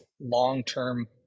long-term